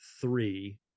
three